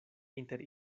inter